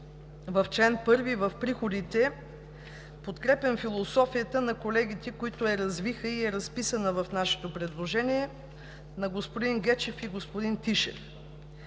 – чл. 1, в приходите, подкрепям философията на колегите, които я развиха и е разписана в нашето предложение –на господин Гечев и на господин Тишев.